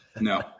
No